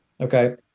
Okay